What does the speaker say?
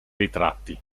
ritratti